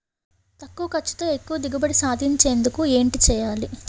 తక్కువ ఖర్చుతో ఎక్కువ దిగుబడి సాధించేందుకు ఏంటి చేయాలి?